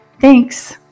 Thanks